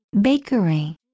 Bakery